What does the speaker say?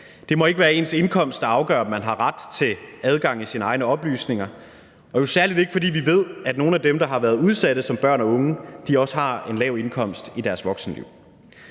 Det må ikke være ens indkomst, der afgør, om man har ret til adgang til ens egne oplysninger, og nu særlig ikke, fordi vi ved, at nogle af dem, der har været udsatte som børn og unge, også har en lav indkomst i deres voksenliv.